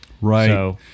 Right